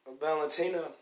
Valentina